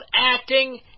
acting